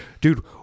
Dude